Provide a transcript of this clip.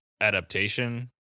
adaptation